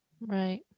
Right